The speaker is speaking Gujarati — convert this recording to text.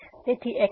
તેથી x2y2